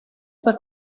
fue